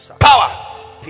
power